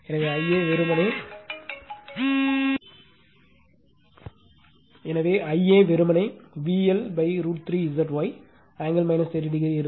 எனவே Ia வெறுமனே VL√ 3 Zy angle 30 இருக்கும்